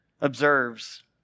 observes